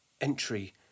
entry